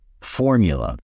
formula